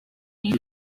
muri